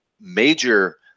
major